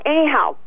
Anyhow